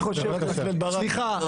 חבר הכנסת בן ברק --- סליחה,